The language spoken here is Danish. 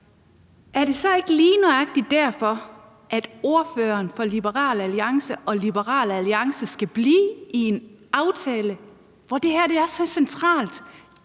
Er det så ikke lige nøjagtig derfor, at Liberal Alliance skal blive i en aftale, hvor det her er så centralt?